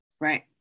Right